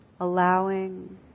allowing